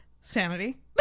Sanity